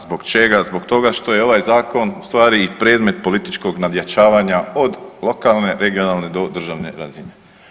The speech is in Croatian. Zbog čega, zbog toga što je ovaj zakon u stvari i predmet političkog nadjačavanja od lokalne, regionalne do državne razine.